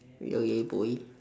y~ yeah boy